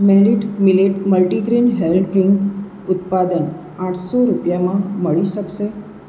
મેલિટ millet multigrain health drink ઉત્પાદન આઠસો રૂપિયામાં મળી શકશે